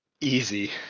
easy